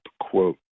quote